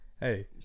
Hey